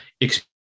experience